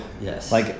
Yes